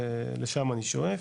לשם אני שואף.